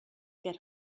get